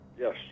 Yes